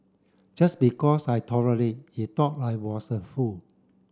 just because I tolerate he thought I was a fool